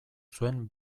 zuen